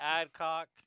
Adcock